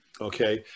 okay